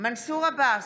מנסור עבאס,